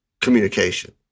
communication